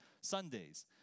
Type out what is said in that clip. Sundays